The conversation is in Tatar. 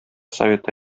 советы